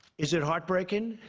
is it heartbreaking?